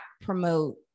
promote